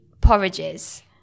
porridges